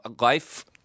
life